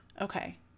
Okay